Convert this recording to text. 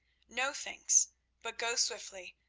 no thanks but go swiftly,